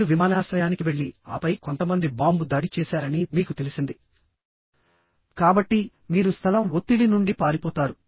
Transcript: మీరు విమానాశ్రయానికి వెళ్లి ఆపై కొంతమంది బాంబు దాడి చేశారని మీకు తెలిసింది కాబట్టి మీరు స్థలం ఒత్తిడి నుండి పారిపోతారు